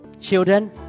Children